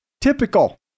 typical